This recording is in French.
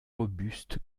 robuste